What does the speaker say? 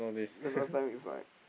because last time is like